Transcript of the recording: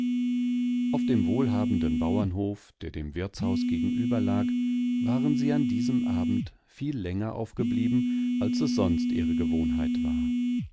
auf dem wohlhabenden bauernhof der dem wirtshaus gegenüberlag waren sie an diesem abend viel länger aufgeblieben als es sonst ihre gewohnheit war